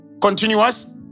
continuous